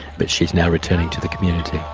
but she's now returning to the community.